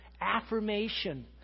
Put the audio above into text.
affirmation